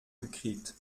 gekriegt